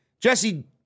Jesse